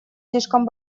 слишком